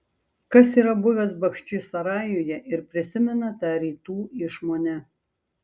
kas yra buvęs bachčisarajuje ir prisimena tą rytų išmonę